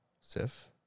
Sif